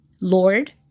Lord